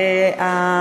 תודה,